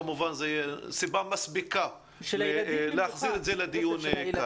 כמובן זאת סיבה מספיקה להחזיר את זה לדיון.